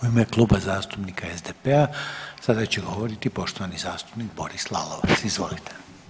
U ime Kluba zastupnika SDP-a sada će govoriti poštovani zastupnik Boris Lalovac, izvolite.